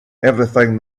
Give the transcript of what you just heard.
everything